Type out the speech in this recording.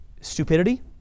stupidity